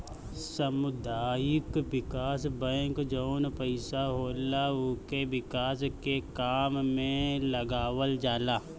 सामुदायिक विकास बैंक जवन पईसा होला उके विकास के काम में लगावल जाला